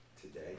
today